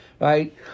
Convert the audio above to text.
right